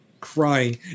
crying